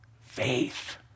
faith